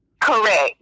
correct